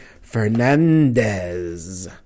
Fernandez